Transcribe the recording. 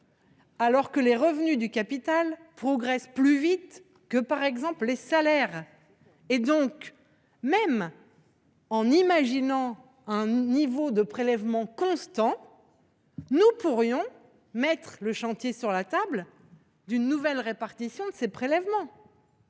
alors que les revenus du capital progressent plus vite que les salaires. En conservant un niveau de prélèvements constant, nous pourrions mettre en chantier une nouvelle répartition de ces prélèvements.